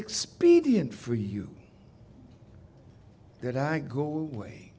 expedient for you that i go away